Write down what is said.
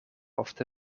ofte